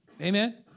Amen